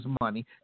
money